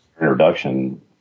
introduction